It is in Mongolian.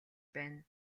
байна